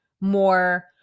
more